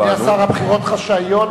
אדוני השר, הבחירות חשאיות.